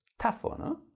tough one ah